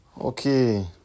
Okay